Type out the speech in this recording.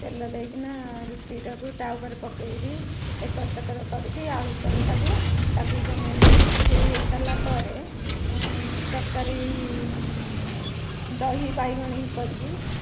ତେଲ ଦେଇକି ରୁଟି ଟାକୁ ତା'ଉପରେ ପକେଇବି ଏକଡ଼ ସେକଡ଼ କରି ଆଳୁପରଟାକୁ ତାକୁ ବନେଇଦେବି ସିଏ ହୋଇସାରିଲା ପରେ ମୁଁ ତରକାରୀ ଦହି ବାଇଗଣ କରିବି